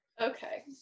Okay